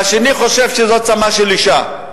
והשני חושב שזאת צמה של אשה.